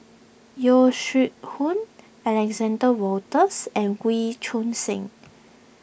Yeo Shih Yun Alexander Wolters and Wee Choon Seng